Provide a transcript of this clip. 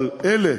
אבל אלה